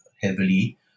heavily